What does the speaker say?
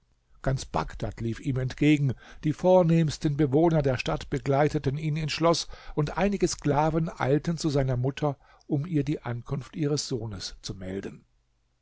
ganz bagdad lief ihm entgegen die vornehmsten bewohner der stadt begleiteten ihn ins schloß und einige sklaven eilten zu seiner mutter um ihr die ankunft ihres sohnes zu melden